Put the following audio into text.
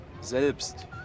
selbst